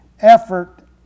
effort